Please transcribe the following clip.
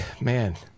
Man